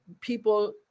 people